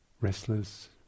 restless